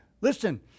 Listen